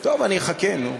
אני אחכה, נו.